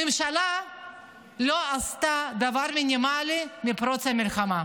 הממשלה לא עשתה דבר מינימלי מפרוץ המלחמה,